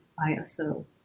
ISO